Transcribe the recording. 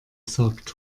sagt